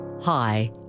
Hi